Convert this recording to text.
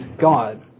God